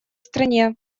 стране